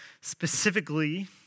specifically